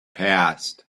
passed